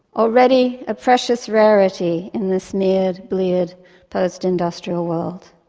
already a precious rarity in the smeared, bleared post-industrial world.